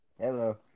Hello